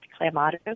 clamato